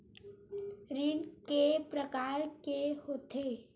ऋण के प्रकार के होथे?